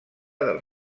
del